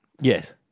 Yes